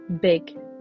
big